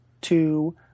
two